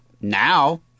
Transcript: now